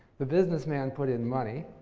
the businessman put in money.